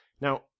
Now